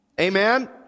Amen